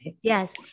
Yes